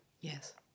Yes